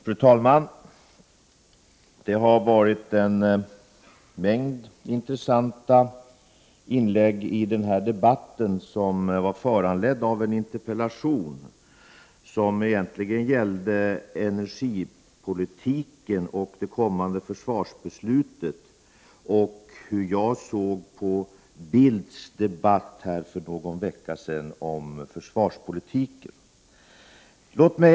Fru talman! Det har gjorts en mängd intressanta inlägg i denna debatt som föranletts av en interpellation, som egentligen gällde energipolitiken och det kommande försvarsbeslutet samt hur jag ser på Carl Bildts inlägg i debatten om försvarspolitiken.